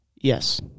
Yes